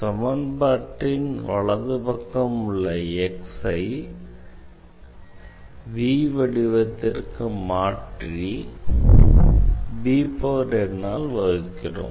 சமன்பாட்டின் வலது பக்கம் உள்ள X ஐ v வடிவத்திற்கு மாற்றி ஆல் வகுக்கிறோம்